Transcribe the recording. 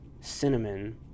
cinnamon